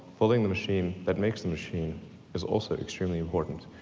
building the machine that makes the machine is also extremely important,